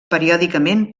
periòdicament